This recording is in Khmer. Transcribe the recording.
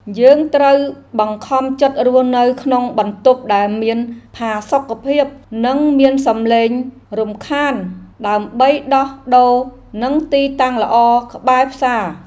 យើងត្រូវបង្ខំចិត្តរស់នៅក្នុងបន្ទប់ដែលគ្មានផាសុកភាពនិងមានសំឡេងរំខាន ដើម្បីដោះដូរនឹងទីតាំងល្អក្បែរផ្សារ។